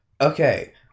okay